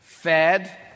fed